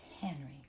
Henry